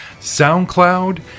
SoundCloud